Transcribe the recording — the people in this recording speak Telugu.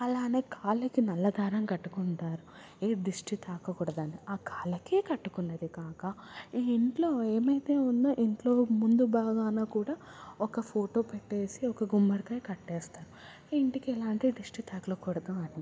అలానే కాళ్ళకి నల్ల దారం కట్టుకుంటారు ఏ దిష్టి తాకకూడదని ఆ కాళ్ళకే కట్టుకున్నది కాకా ఈ ఇంట్లో ఏమైతో ఉందో ఇంట్లో ముందు భాగాన కూడా ఒక ఫోటో పెట్టేసి ఒక గుమ్మడికాయ కట్టేస్తారు ఇంటికి ఎలాంటి దిష్టి తగలకూడదు అని